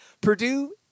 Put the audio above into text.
Purdue